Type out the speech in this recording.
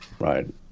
right